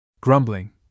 Grumbling